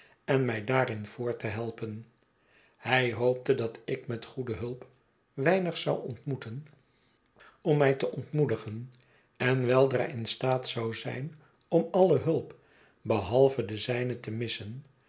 en mij daarin voort te helpen hij hoopte dat ik met goede hulp weinig zou ontmoeten om mij te ontmoedigen en weldra in staat zou zijn om alle hulp behalve de ztjne te missen